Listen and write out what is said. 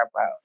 out